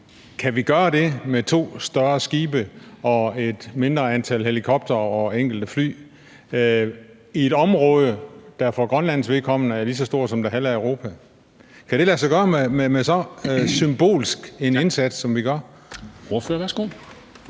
Kan vi gøre det med to større skibe og et mindre antal helikoptere og enkelte fly i et område, der for Grønlands vedkommende er lige så stort som det halve af Europa? Kan det lade sig gøre med så symbolsk en indsats, som vi gør? Kl.